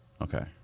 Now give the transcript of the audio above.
Okay